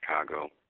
Chicago